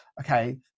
okay